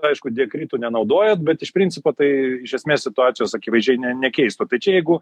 aišku diakritų nenaudojat bet iš principo tai iš esmės situacijos akivaizdžiai ne nekeistų tai čia jeigu